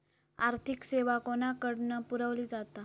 आर्थिक सेवा कोणाकडन पुरविली जाता?